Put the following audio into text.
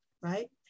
right